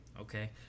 okay